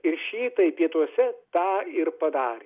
ir šiitai pietuose tą ir padarė